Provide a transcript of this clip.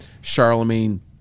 Charlemagne